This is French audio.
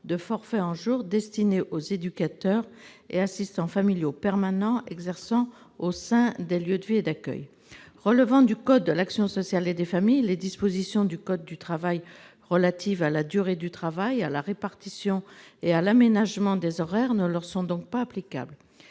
de forfait en jours destiné aux éducateurs et assistants familiaux permanents exerçant au sein des lieux de vie et d'accueil. Relevant du code de l'action sociale et des familles, les dispositions du code du travail relatives à la durée du travail, à la répartition et à l'aménagement des horaires ne leur sont donc pas applicables.